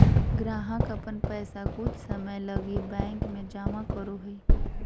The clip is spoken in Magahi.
ग्राहक अपन पैसा कुछ समय लगी बैंक में जमा करो हइ